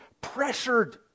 pressured